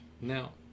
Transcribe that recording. Now